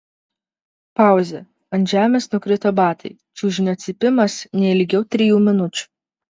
pauzė ant žemės nukrito batai čiužinio cypimas ne ilgiau trijų minučių